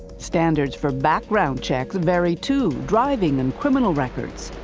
standards for background checks vary too, driving and criminal records.